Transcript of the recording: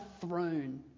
throne